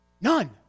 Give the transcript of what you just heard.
None